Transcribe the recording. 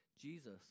Jesus